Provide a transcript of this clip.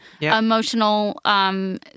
emotional